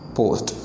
post